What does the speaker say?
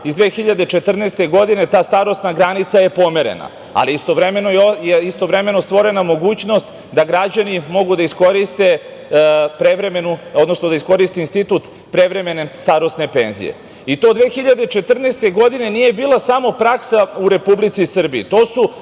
iz 2014. godine, ta starosna granica je pomerena, ali istovremeno je stvorena mogućnost da građani mogu da iskoriste prevremenu, odnosno da iskoriste institut prevremene starosne penzije. I to 2014. godine nije bila samo praksa u Republici Srbiji,